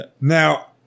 Now